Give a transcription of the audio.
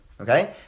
Okay